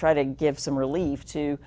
try to give some relief to